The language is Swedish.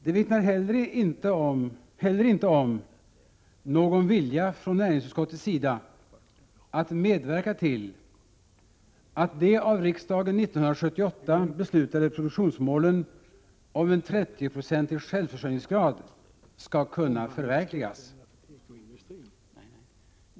Det vittnar inte heller om någon vilja från näringsutskottets sida att medverka till att de av riksdagen 1978 beslutade produktionsmålen om en 30-procentig självförsörjningsgrad skall kunna förverkligas.